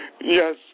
Yes